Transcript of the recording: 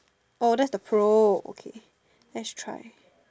oh that's the pro okay let's try